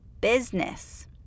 business